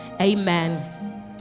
Amen